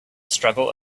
struggle